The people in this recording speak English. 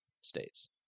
states